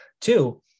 Two